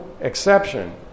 exception